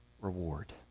reward